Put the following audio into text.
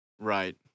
Right